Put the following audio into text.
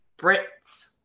Brits